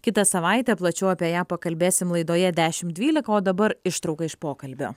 kitą savaitę plačiau apie ją pakalbėsim laidoje dešimt dvylika o dabar ištrauka iš pokalbio